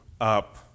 up